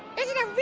is it a